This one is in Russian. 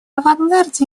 авангарде